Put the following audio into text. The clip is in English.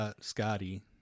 Scotty